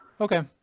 Okay